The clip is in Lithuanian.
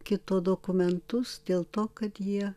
kito dokumentus dėl to kad jie